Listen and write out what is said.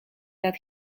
that